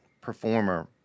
performer